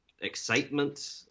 excitement